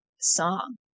song